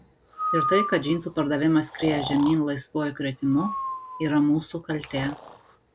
ir tai kad džinsų pardavimas skrieja žemyn laisvuoju kritimu yra mūsų kaltė